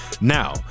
Now